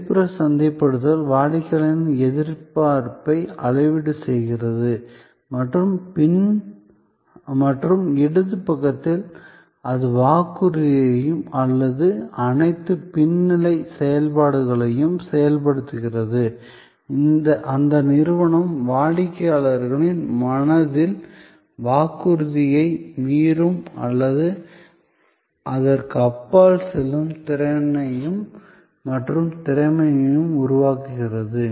வெளிப்புற சந்தைப்படுத்துதல் வாடிக்கையாளர்களின் எதிர்பார்ப்பை அளவீடு செய்கிறது மற்றும் இடது பக்கத்தில் அது வாக்குறுதியை அல்லது அனைத்து பின் நிலை செயல்பாடுகளையும் செயல்படுத்துகிறது அந்த நிறுவனம் வாடிக்கையாளர்களின் மனதில் வாக்குறுதியை மீறும் அல்லது அதற்கு அப்பால் செல்லும் திறனையும் மற்றும் திறமையையும் உருவாக்குகிறது